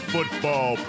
Football